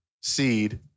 seed